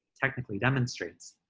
technically demonstrates,